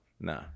nah